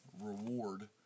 reward